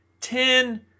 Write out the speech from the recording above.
ten